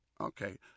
okay